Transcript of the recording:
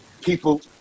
People